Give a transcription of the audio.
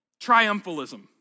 triumphalism